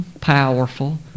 powerful